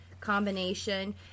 combination